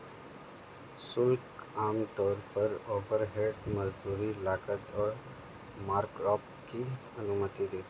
शुल्क आमतौर पर ओवरहेड, मजदूरी, लागत और मार्कअप की अनुमति देते हैं